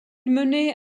menait